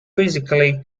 quizzically